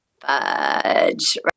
fudge